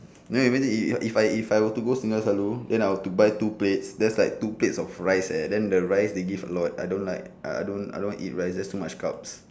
then we went to eat if I if I were to go singgah selalu then I would have to buy two plates just like two plates of rice eh then the rice they give a lot I don't like ah I don't I don't eat rice that's too much carbs